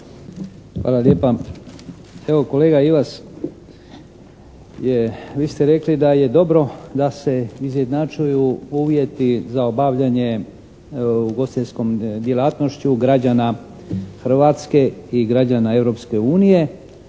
Hvala lijepa. Evo kolega Ivas je, vi ste rekli da je dobro da se izjednačuju uvjeti za obavljanje ugostiteljskom djelatnošću građana Hrvatske i građana